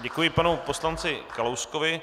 Děkuji panu poslanci Kalouskovi.